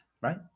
Right